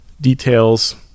details